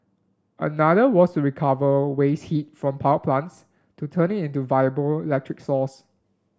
another was to recover waste heat from power plants to turn it into a viable electric source